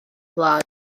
wlad